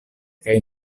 kaj